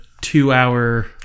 two-hour